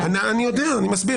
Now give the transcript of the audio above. אני יודע, אני מסביר.